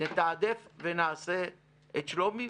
נתעדף ונעשה את שלומי.